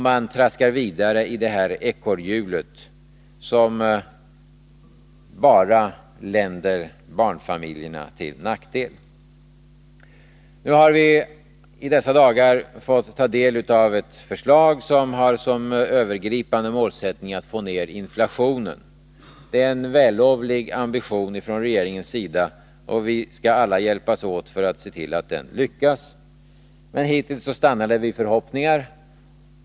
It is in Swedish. Man traskar vidare i det här ekorrhjulet, som bara länder barnfamiljerna till nackdel. Nu har vi i dessa dagar fått ta del av ett förslag, som har som övergripande målsättning att få ner inflationen. Det är en vällovlig ambition från regeringens sida, och vi skall alla hjälpas åt för att se till att den lyckas. Men hittills stannar det vid förhoppningar.